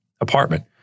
apartment